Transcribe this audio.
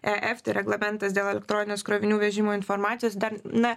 e eft tai reglamentais dėl elektroninės krovinių vežimo informacijos dar na